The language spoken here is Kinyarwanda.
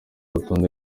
rutonde